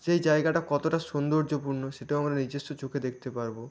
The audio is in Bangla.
সেই জায়গাটা কতটা সৌন্দর্যপূর্ণ সেটাও আমরা নিজস্ব চোখে দেখতে পারব